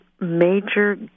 major